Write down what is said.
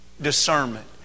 discernment